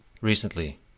recently